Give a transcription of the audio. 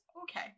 Okay